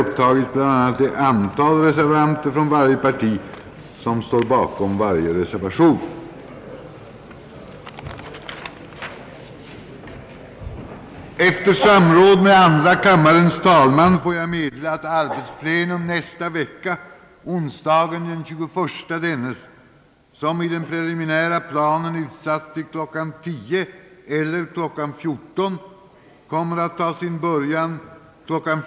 Det är min avsikt att i fortsättningen försöksvis utdela sådan sammanställning till varje arbetsplenum för att ge ledamöterna en lättillgänglig översikt över föreliggande reservationer. Som framgår av sammanställningen har däri upptagits bl.a. det antal reservanter från varje parti, som står bakom reservationerna.